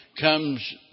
comes